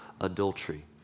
adultery